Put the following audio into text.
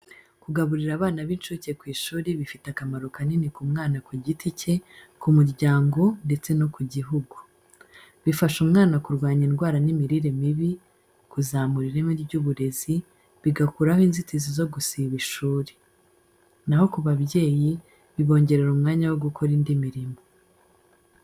Kugaburira abana b’incuke ku ishuri bifite akamaro kanini ku mwana ku giti cye, ku muryango ndetse no ku gihugu. Bifasha umwana kurwanya indwara n’imirire mibi, kuzamura ireme ry’uburezi, bigakuraho inzitizi zo gusiba ishuri. Na ho ku babyeyi bibongerera umwanya wo gukora indi mirimo.